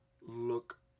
look